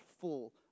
full